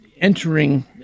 entering